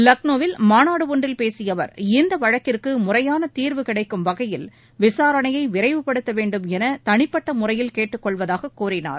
லக்னோவில் மாநாடு ஒன்றில் பேசிய அவர் இந்த வழக்கிற்கு முறையான தீர்வு கிடைக்கும் வகையில் விசாரணையை விரைவுபடுத்த வேண்டுமென தனிப்பட்ட முறையில் கேட்டுக் கொள்வதாக கூறினார்